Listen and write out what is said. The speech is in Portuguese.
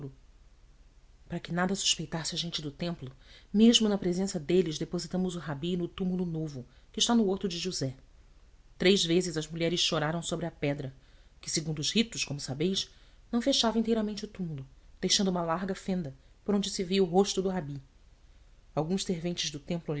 para que nada suspeitasse a gente do templo mesmo na presença deles depositamos o rabi no túmulo novo que está no horto de josé três vezes as mulheres choraram sobre a pedra que segundo os ritos como sabeis não fechava inteiramente o túmulo deixando uma larga fenda por onde se via o rosto do rabi alguns serventes do templo